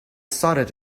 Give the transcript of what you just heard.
started